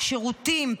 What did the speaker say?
שירותים,